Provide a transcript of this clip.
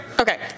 Okay